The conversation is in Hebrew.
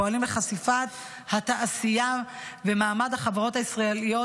פועלים לחשיפת התעשייה ומעמד החברות הישראליות